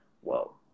whoa